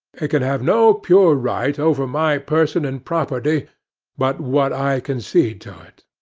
it can have no pure right over my person and property but what i concede to it.